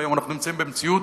והיום אנחנו נמצאים במציאות